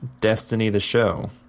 destinytheshow